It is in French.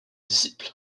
disciple